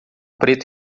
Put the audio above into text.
preto